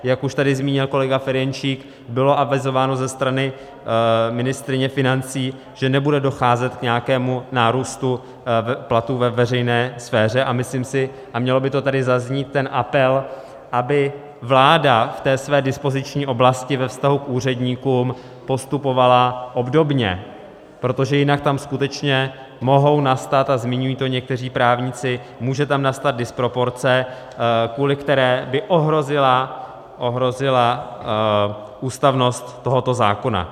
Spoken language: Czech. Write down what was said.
Jak už tady zmínil kolega Ferjenčík, bylo avizováno ze strany ministryně financí, že nebude docházet k nějakému nárůstu platů ve veřejné sféře, a myslím si, a mělo by to tady zaznít, ten apel, aby vláda v té své dispoziční oblasti ve vztahu k úředníkům postupovala obdobně, protože jinak tam skutečně může nastat, a zmiňují to někteří právníci, disproporce, kvůli které by ohrozila ústavnost tohoto zákona.